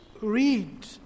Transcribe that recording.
read